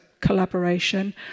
collaboration